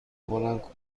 بلند